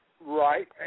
Right